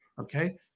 Okay